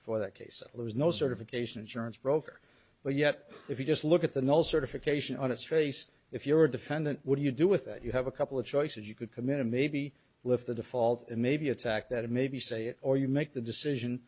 for that case there was no certification insurance broker but yet if you just look at the no certification on its face if you're a defendant would you do with that you have a couple of choices you could come in and maybe lift the default and maybe attack that maybe say or you make the decision